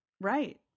right